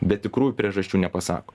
bet tikrųjų priežasčių nepasako